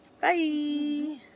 Bye